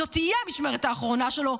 זו תהיה המשמרת האחרונה שלו,